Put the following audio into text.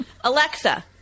Alexa